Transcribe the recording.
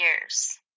years